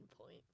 point